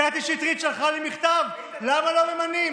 קטי שטרית שלחה לי מכתב: למה לא ממנים?